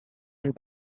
and